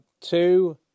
two